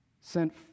sent